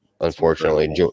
Unfortunately